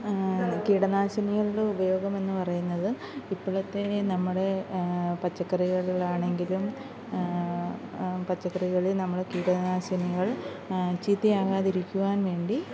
കീടനാശിനികളുടെ ഉപയോഗം എന്നു പറയുന്നത് ഇപ്പോഴത്തെ നമ്മുടെ പച്ചക്കറികളിലാണെങ്കിലും പച്ചക്കറികളിൽ നമ്മൾ കീടനാശിനികൾ ചീത്തയാകാതിരിക്കുവാൻ വേണ്ടി